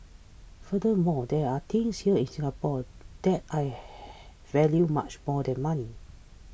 furthermore there are things here in Singapore that I ha value much more than money